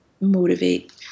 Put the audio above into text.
motivate